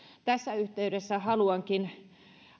tässä yhteydessä haluankin